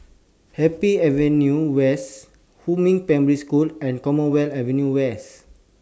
Happy Avenue West Huamin Primary School and Commonwealth Avenue West